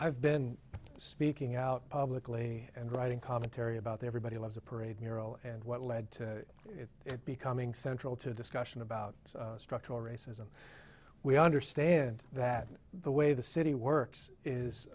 i've been speaking out publicly and writing commentary about everybody loves a parade miro and what led to it becoming central to a discussion about structural racism we understand that the way the city works